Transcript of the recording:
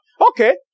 Okay